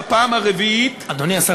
בפעם הרביעית אדוני השר,